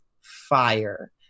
fire